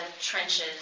trenches